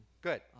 Good